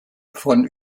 von